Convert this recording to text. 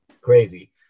crazy